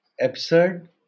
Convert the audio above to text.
absurd